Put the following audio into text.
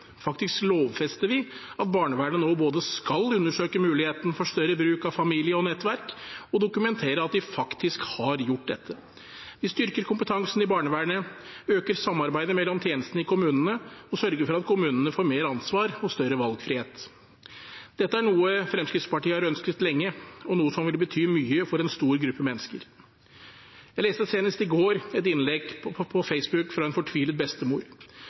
faktisk lovfester vi at barnevernet nå skal både undersøke muligheten for større bruk av familie og nettverk og dokumentere at de faktisk har gjort dette. Vi styrker kompetansen i barnevernet, øker samarbeidet mellom tjenestene i kommunene og sørger for at kommunene får mer ansvar og større valgfrihet. Dette er noe Fremskrittspartiet har ønsket lenge, og noe som vil bety mye for en stor gruppe mennesker. Jeg leste senest i går et innlegg på Facebook fra en fortvilet bestemor,